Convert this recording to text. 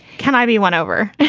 can i be won over?